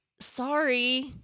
sorry